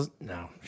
No